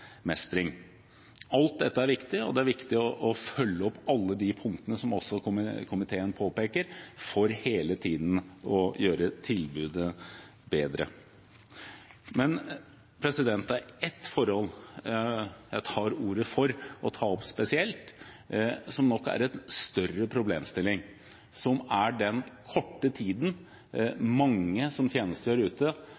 Alt dette er viktig, og det er viktig å følge opp alle de punktene som komiteen påpeker, for hele tiden å gjøre tilbudet bedre. Det er ett forhold jeg tar ordet for å ta opp spesielt, og som er en større problemstilling: Det er den korte tiden